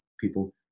people